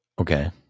Okay